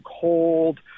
cold